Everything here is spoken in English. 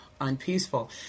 unpeaceful